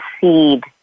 seed